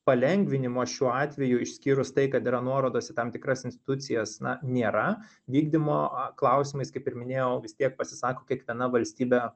palengvinimo šiuo atveju išskyrus tai kad yra nuorodos į tam tikras institucijas na nėra vykdymo klausimais kaip ir minėjau vis tiek pasisako kiekviena valstybė